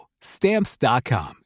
Stamps.com